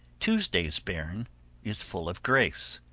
tuesday's bairn is full of grace,